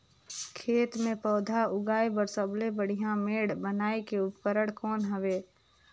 खेत मे पौधा उगाया बर सबले बढ़िया मेड़ बनाय के उपकरण कौन हवे?